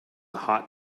hot